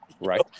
Right